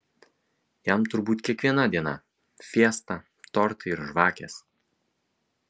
jam turbūt kiekviena diena fiesta tortai ir žvakės